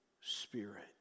Spirit